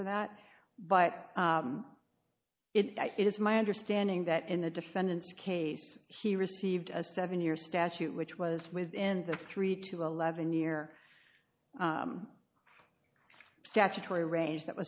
for that but it is my understanding that in the defendant's case he received a seven year statute which was within the three to eleven year statutory range that